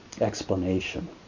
explanation